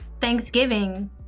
thanksgiving